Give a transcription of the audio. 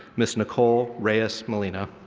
ms. nicole reyes-molina.